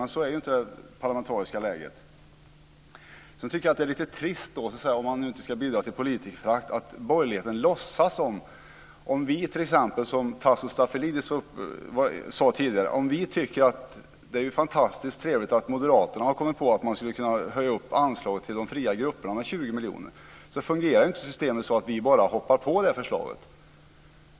Men så är inte det parlamentariska läget. Jag tycker att det är lite trist, även om man inte ska bidra till politikerförakt, att borgerligheten låtsas. Om t.ex. vi, som Tasso Stafilidis sade tidigare, tycker att det är fantastiskt trevligt att Moderaterna har kommit på att man skulle kunna höja anslaget till de fria grupperna med 20 miljoner kronor, så fungerar inte systemet så att vi bara hoppar på det förslaget.